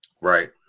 Right